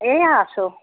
এইয়া আছোঁ